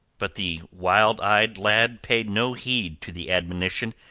but the wild-eyed lad paid no heed to the admonition.